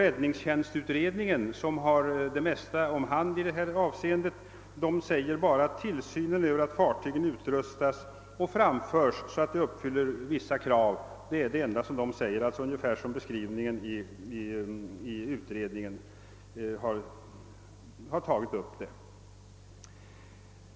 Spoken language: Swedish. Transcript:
Räddningstjänstutredningen som har det mesta om hand i detta avseende skriver bara att tillsynen över att fartygen utrustas och framförs så att vissa krav uppfylls är den enda uppgiften.